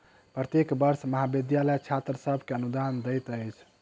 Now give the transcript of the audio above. प्रत्येक वर्ष महाविद्यालय छात्र सभ के अनुदान दैत अछि